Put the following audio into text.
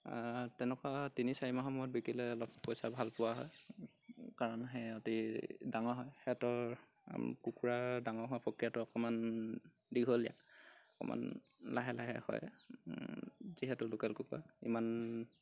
তেনেকুৱা তিনি চাৰিমাহৰ মূৰত বিকিলে অলপ পইচা ভাল পোৱা হয় কাৰণ সিহঁতে ডাঙৰ হয় সিহঁতৰ কুকুৰা ডাঙৰ হোৱা প্ৰক্ৰিয়াটো অকণমান দীঘলীয়া অকণমান লাহে লাহে হয় যিহেতু লোকেল কুকুৰা ইমান